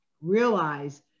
realize